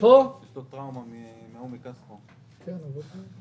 משהו כמו חצי מיליארד שקלים.